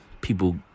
people